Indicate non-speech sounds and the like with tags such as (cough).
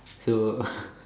so (laughs)